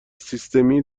سیستمی